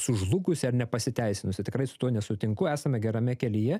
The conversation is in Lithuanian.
sužlugusi ar nepasiteisinusi tikrai su tuo nesutinku esame gerame kelyje